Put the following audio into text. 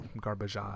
Garbage